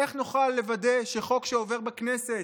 איך נוכל לוודא שחוק שעובר בכנסת,